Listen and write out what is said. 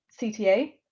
CTA